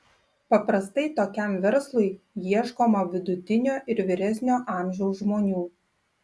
paprastai tokiam verslui ieškoma vidutinio ir vyresnio amžiaus žmonių